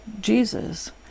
Jesus